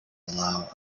allow